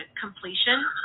completion